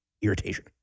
irritation